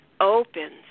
opens